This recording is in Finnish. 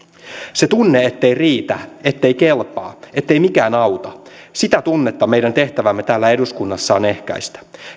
sitä tunnetta ettei riitä ettei kelpaa ettei mikään auta meidän tehtävämme täällä eduskunnassa on ehkäistä